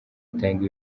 atanga